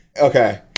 Okay